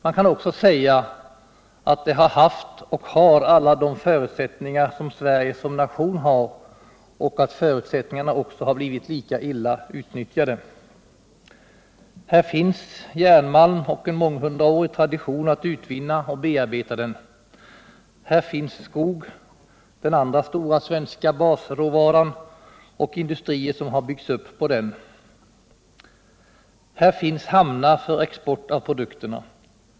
Man kan också säga att det har haft och har alla de förutsättningar som Sverige som nation har och att förutsättningarna också har blivit lika illa utnyttjade. Här finns järnmalm och månghundraårig tradition att utvinna och bearbeta den. Här finns skog, den andra stora svenska basråvaran, och industrier som byggs upp på den. Här finns hamnar för export av produkterna.